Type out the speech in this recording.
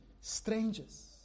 Strangers